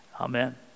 Amen